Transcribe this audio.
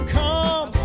come